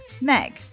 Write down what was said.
Meg